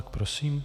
Prosím.